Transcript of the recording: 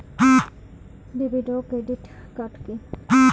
David ও credit card কি?